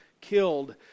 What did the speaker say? killed